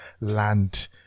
land